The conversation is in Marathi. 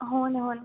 हो ना हो ना